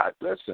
Listen